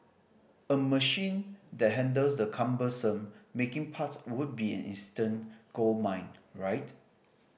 a machine that handles the cumbersome making part would be an instant goldmine right